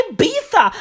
Ibiza